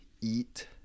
eat